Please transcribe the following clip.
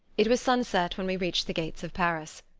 it was sunset when we reached the gates of paris.